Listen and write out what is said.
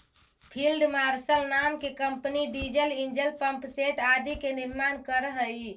field marshal नाम के company diesel engine, pump set आदि के निर्माण करऽ हई